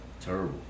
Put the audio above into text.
Terrible